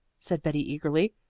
said betty eagerly.